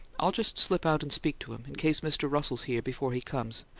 i'll just slip out and speak to him, in case mr. russell's here before he comes.